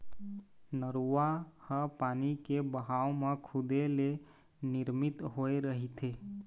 नरूवा ह पानी के बहाव म खुदे ले निरमित होए रहिथे